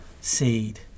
seed